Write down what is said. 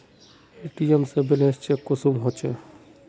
ATM से balance check कुंसम होचे?